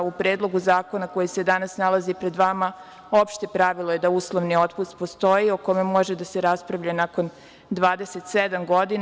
U Predlogu zakona, koji se danas nalazi pred vama, opšte pravilo je da uslovni otpust postoji, o kome može da se raspravlja nakon 27 godina.